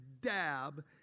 dab